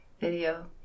video